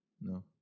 No